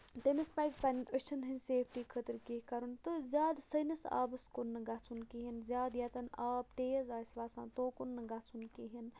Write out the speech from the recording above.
تٔمِس پَزِ پَنٕنۍ أچھن ہٕنٛز سیٚفٹی خٲطٔر کیٚنٛہہ کَرُن تہٕ زیادٕ سرٔنِس آبَس کُن نہٕ گژھُن کِہیٖنٛۍ زیادٕ ییٚتیٚن آب تیز آسہِ وَسان تورکُن نہٕ گژھُن کِہیٖنٛۍ